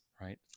Right